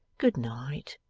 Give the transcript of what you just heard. good night,